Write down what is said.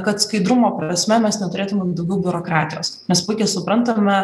kad skaidrumo prasme mes neturėtumėm daugiau biurokratijos nes puikiai suprantame